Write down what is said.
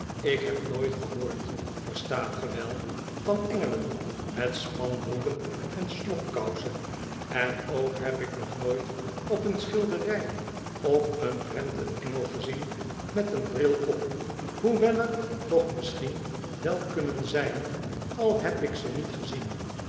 ik heb nooit gehoord verstaat ge wel van engelen met spanbroeken en slobkousen en ook heb ik nog nooit op een schilderij of een prent een engel gezien met een bril op hoewel er toch misschien wel kunnen zijn al heb ik ze niet gezien